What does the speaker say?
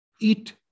eat